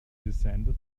descended